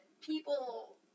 people